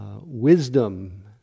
wisdom